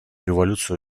революцию